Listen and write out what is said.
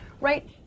right